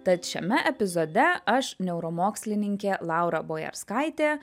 tad šiame epizode aš neuromokslininkė laura bojarskaitė